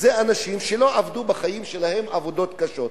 זה אנשים שלא עבדו בחיים שלהם עבודות קשות.